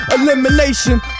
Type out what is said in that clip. elimination